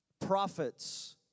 prophets